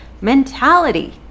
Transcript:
mentality